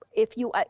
if you,